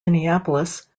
minneapolis